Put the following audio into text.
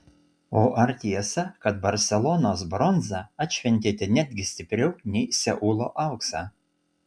o ar tiesa kad barselonos bronzą atšventėte netgi stipriau nei seulo auksą